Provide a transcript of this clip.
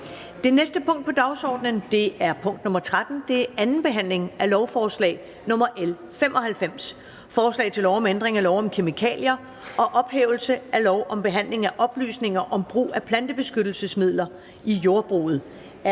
Det næste punkt på dagsordenen er: 13) 2. behandling af lovforslag nr. L 95: Forslag til lov om ændring af lov om kemikalier og ophævelse af lov om behandling af oplysninger om brug af plantebeskyttelsesmidler i jordbruget.